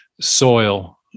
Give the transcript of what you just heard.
soil